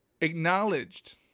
acknowledged